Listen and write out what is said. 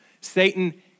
Satan